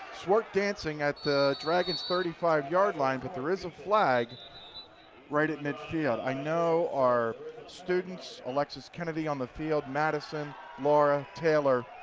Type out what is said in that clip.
swart dancing at the dragons' thirty five yard line but there is a flag right at mid field. i know our students, alexis kennedy on the field, madison, mora, taylor,